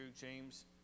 James